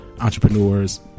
entrepreneurs